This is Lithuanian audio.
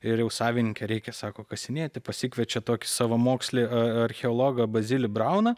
ir jau savininkė reikia sako kasinėti pasikviečia tokį savamokslį archeologą bazilį brauną